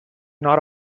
not